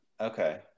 Okay